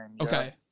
Okay